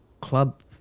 club